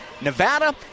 Nevada